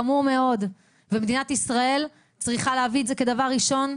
חמור מאוד ומדינת ישראל צריכה להביא את זה כדבר ראשון,